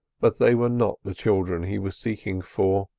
but they were not the children he was seeking for.